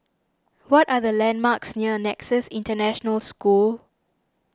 what are the landmarks near Nexus International School